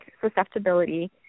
susceptibility